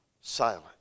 silent